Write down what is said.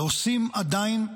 ועושים עדיין,